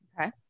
Okay